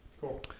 Cool